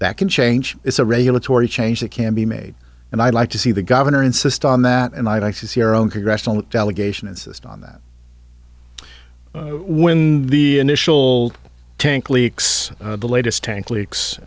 can change is a regulatory change that can be made and i'd like to see the governor insist on that and i'd like to see our own congressional delegation insist on that when the initial tank leaks the latest tank lea